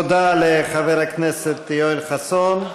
תודה לחבר הכנסת יואל חסון.